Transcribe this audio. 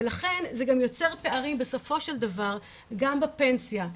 ולכן זה גם יוצר פערים בסופו של דבר גם בפנסיה.